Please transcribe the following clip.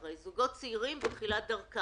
מדובר בזוגות צעירים בתחילת דרכם.